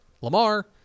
Lamar